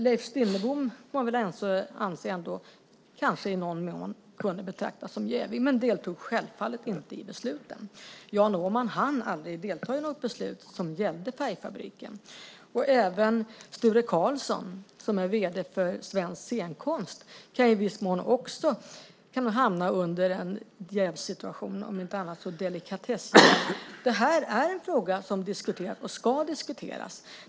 Leif Stinnerbom kunde kanske i någon mån betraktas som jävig, men deltog självfallet inte i besluten. Jan Åman hann aldrig delta i något beslut som gällde Färgfabriken. Även Sture Carlsson, som är vd för Svensk Scenkonst, kan i viss mån hamna i en jävssituation, om inte annat så i delikatessjäv. Det här är en fråga som diskuteras och som ska diskuteras.